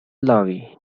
lorry